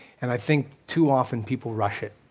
and i think too often, people rush it.